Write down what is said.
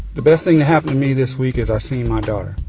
the best thing that happened to me this week is i seen my daughter.